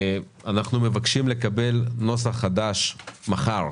אנחנו מבקשים לקבל נוסח חדש מחר,